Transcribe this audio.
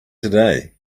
today